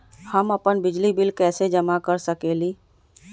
हम अपन बिजली बिल कैसे जमा कर सकेली?